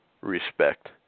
respect